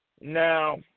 Now